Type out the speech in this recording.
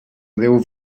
déu